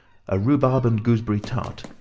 a rhubarb and gooseberry tart,